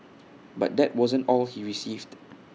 but that wasn't all he received